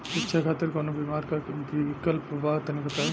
शिक्षा खातिर कौनो बीमा क विक्लप बा तनि बताई?